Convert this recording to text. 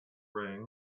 rain